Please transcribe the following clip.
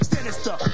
Sinister